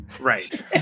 right